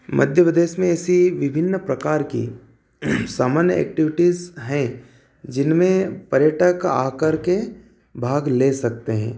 मध्य प्रदेश में ऐसी विभिन्न प्रकार की सामान्य एक्टिविटीज़ है जिनमें पर्यटक आकर के भाग ले सकते है